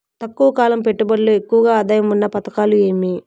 తక్కువ కాలం పెట్టుబడిలో ఎక్కువగా ఆదాయం ఉన్న పథకాలు ఏమి?